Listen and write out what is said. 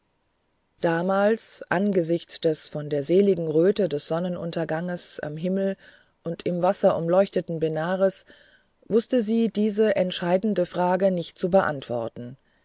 damals angesichts des von der seligen röte des sonnenunterganges am himmel und im wasser umleuchteten benares wußte sie diese entscheidende frage nicht zu beantworten